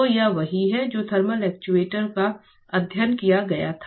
तो यह वही है जो थर्मल एक्ट्यूएटर का अध्ययन किया गया था